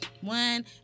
one